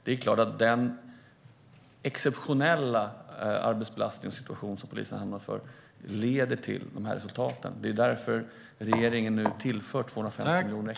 Det är klart att den exceptionella arbetsbelastningen och situationen för polisen leder till de här resultaten. Det är därför regeringen nu tillför 250 miljoner extra.